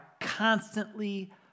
constantly